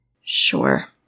Sure